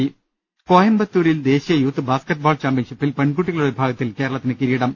്്്്്്്് കോയമ്പത്തൂരിൽ ദേശീയ youth basketball ചാമ്പ്യൻഷിപ്പിൽ പെൺകുട്ടികളുടെ വിഭാഗത്തിൽ കേരളത്തിന് കിരീടം